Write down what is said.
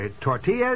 tortillas